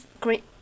great